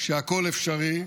שהכול אפשרי,